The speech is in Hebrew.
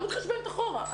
אני לא מתחשבנת אחורה.